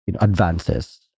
advances